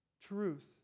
truth